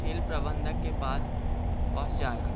खेल प्रबंधक के पास पहुंचाया